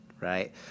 right